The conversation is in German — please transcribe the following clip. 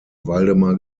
waldemar